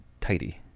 tidy